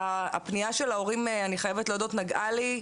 הפניה של ההורים אני חייבת להודות נגעה לי,